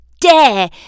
dare